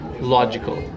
logical